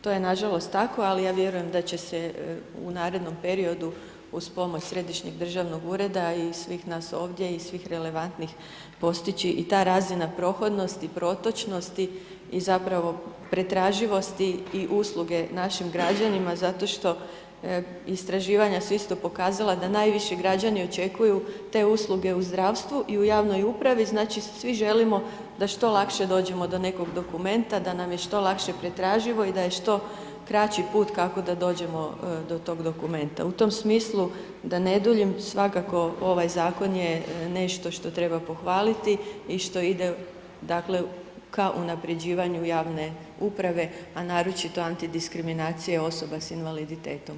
To je nažalost tako ali ja vjerujem da će se u narednom periodu uz pomoć središnjeg državnog ureda i svih nas ovdje i svih relevantnih postići i ta razina prohodnosti, protočnosti i zapravo pretraživosti i usluge našim građanima zato što istraživanja su isto pokazala da najviše građani očekuju te usluge u zdravstvu i u javnoj upravi, znači svi želimo da što lakše dođemo do nekog dokumenta, da nam je što lakše pretraživo i da je što kraći put kako da dođemo do tog dokumenta, u tom smislu da ne duljim, svakako ovaj Zakon je nešto što treba pohvaliti i što ide, dakle, ka unapređivanju javne uprave, a naročito antidiskriminacije osoba s invaliditetom.